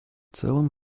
целом